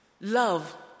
Love